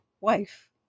wife